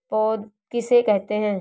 पौध किसे कहते हैं?